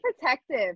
protective